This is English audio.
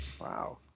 Wow